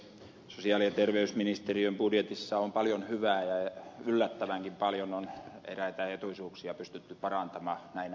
sosiaali ja terveysministeriön budjetissa on paljon hyvää ja yllättävänkin paljon on eräitä etuisuuksia pystytty parantamaan näinä aikoina